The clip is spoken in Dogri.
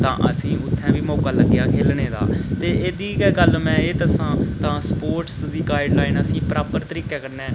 तां असें गी उत्थै बी मौका लग्गेआ हा खेढने दा ते एह्दी गै गल्ल में एह् दस्सां तां स्पोर्ट्स दी गाइडलाइन असें गी प्रॉपर तरीके कन्नै